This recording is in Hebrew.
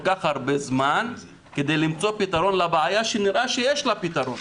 כך הרבה זמן כדי למצוא פתרון לבעיה שנראה שיש לה פתרון.